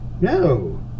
No